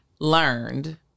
learned